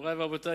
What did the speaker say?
מורי ורבותי,